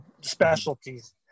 specialties